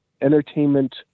entertainment